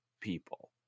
people